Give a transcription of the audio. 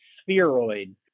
spheroid